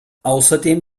außerdem